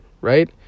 right